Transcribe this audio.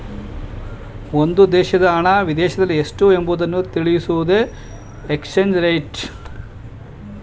ಒಂದು ದೇಶದ ಹಣ ವಿದೇಶದಲ್ಲಿ ಎಷ್ಟು ಎಂಬುವುದನ್ನು ತಿಳಿಸುವುದೇ ಎಕ್ಸ್ಚೇಂಜ್ ರೇಟ್